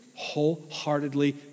wholeheartedly